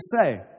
say